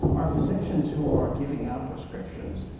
are physicians who are giving out prescriptions,